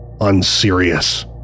unserious